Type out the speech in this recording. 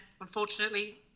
unfortunately